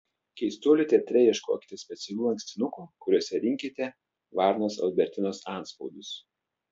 keistuolių teatre ieškokite specialių lankstinukų kuriuose rinkite varnos albertinos antspaudus